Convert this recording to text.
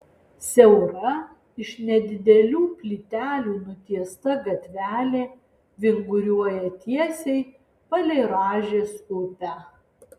siaura iš nedidelių plytelių nutiesta gatvelė vinguriuoja tiesiai palei rąžės upę